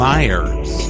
Myers